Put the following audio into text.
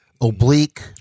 oblique